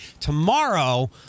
Tomorrow